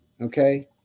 Okay